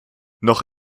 noch